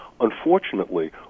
Unfortunately